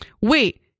Wait